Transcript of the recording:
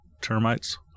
termites